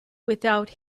without